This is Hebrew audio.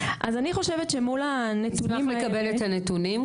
אז אני חושבת שמול הנתונים האלה --- נשמח לקבל את הנתונים.